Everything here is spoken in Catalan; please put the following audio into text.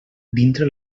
dintre